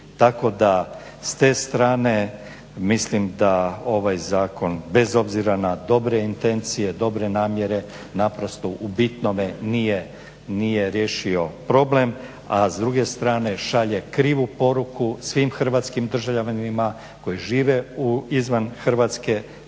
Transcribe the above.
Tako da s te strane mislim da ovaj zakon bez obzira na dobre intencije, dobre namjere naprosto u bitnome nije riješio problem, a s druge strane šalje krivu poruku svim hrvatskim državljanima koji žive izvan Hrvatske da